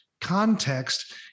context